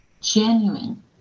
genuine